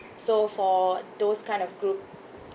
so for those kind of group